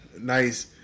Nice